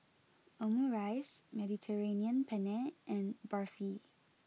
Omurice Mediterranean Penne and Barfi